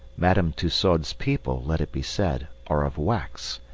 madame tussaud's people, let it be said, are of wax,